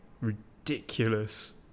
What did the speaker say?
ridiculous